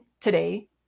today